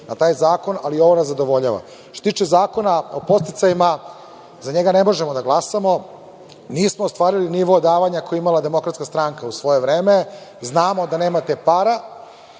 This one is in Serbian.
na taj zakon, ali ovo nas zadovoljava. Što se tiče Zakona o podsticajima, za njega ne možemo da glasamo. Nismo ostvarili nivo davanja koji je imala DS u svoje vreme. Znamo da nemate para,